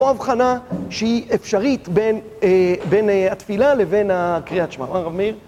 או הבחנה שהיא אפשרית בין התפילה לבין הקריאת שמע